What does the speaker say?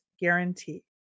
guarantee